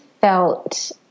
felt